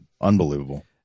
unbelievable